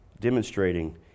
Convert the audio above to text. demonstrating